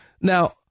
Now